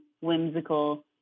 whimsical